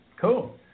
Cool